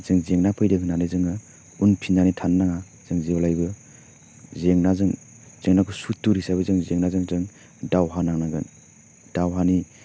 जों जेना फैदों होन्नानै जोङो उनफिन्नानै थानो नाङा जों जेब्लायबो जेंनाजों जेंनाखौ सुथुर हिसाबै जों जेंनाजों दों दावहा नांनांगोन दावहानि